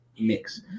Mix